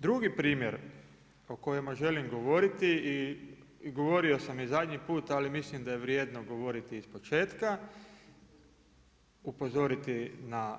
Drugi primjer o kojima želim govoriti i govorio sam i zadnji put, ali mislim da je vrijedno govoriti ispočetka, upozoriti na